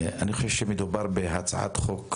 אני חושב שמדובר בהצעת חוק